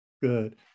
Good